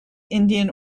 indian